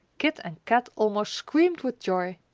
kit and kat almost screamed with joy.